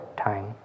time